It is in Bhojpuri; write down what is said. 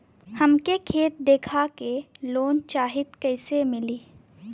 हमके खेत देखा के लोन चाहीत कईसे मिली?